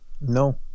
No